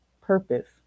purpose